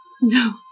No